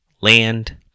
land